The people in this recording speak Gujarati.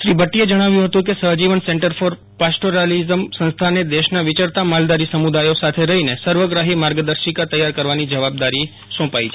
શ્રી ભદીએ જણાવ્યું હતું કે સફજીવન સેન્ટર ફોર પાસ્ટોરાલીઝમ સંસ્થાને દેશના વિચરતા માલધારી સમૂદાયો સાથે રહીને સર્વગ્રાફી માર્ગદર્શિકા તૈયાર કરવાની જવાબદારી સોંપાઇ છે